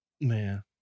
Man